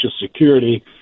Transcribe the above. Security